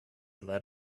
let